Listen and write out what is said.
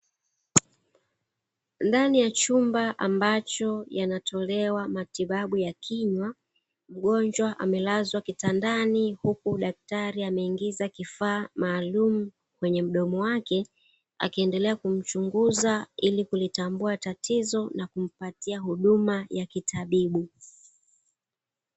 Ndani ya chumba ambacho yanatolewa matibabu ya kinywa, mgonjwa amelazwa kitandani huku daktari ameingiza kifaa maalumu kwenye mdomo wake, akiendelea kuchumnguza ili kulitambua tatizo na kumpatia huduma ya kitabibu.